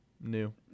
new